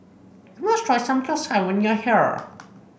you must try Samgyeopsal when you are here